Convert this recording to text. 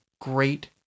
great